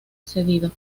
cedido